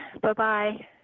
Bye-bye